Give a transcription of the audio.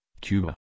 Cuba